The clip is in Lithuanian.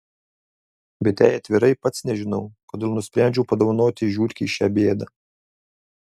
bet jei atvirai pats nežinau kodėl nusprendžiau padovanoti žiurkei šią bėdą